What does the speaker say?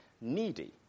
needy